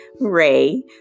Ray